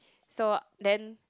so then